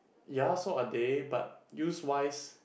ya so are they but use wise